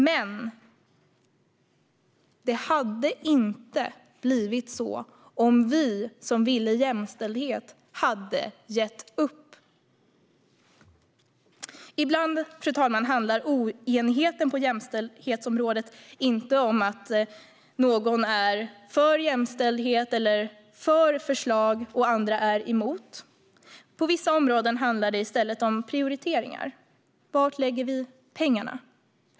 Men det hade inte blivit så om vi som ville jämställdhet hade gett upp. Fru talman! Ibland handlar oenigheten på jämställdhetsområdet inte om att någon är för jämställdhet eller för vissa förslag och att andra är emot. På vissa områden handlar det i stället om prioriteringar. Var lägger vi pengarna?